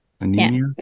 anemia